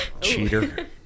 Cheater